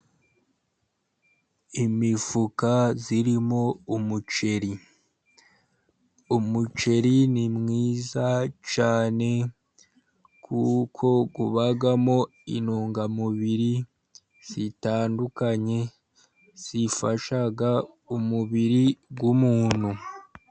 Imifuka irimo umuceri. Umuceri ni mwiza cyane kuko ubamo intungamubiri zitandukanye zifasha umubiri w'umuntu.